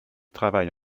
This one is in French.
travaille